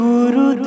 Guru